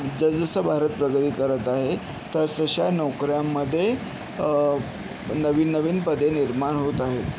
जसजसं भारत प्रगती करत आहे तसतशा नोकऱ्यांमधे नवीन नवीन पदे निर्माण होत आहेत